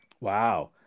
Wow